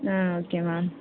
ah okay ma'am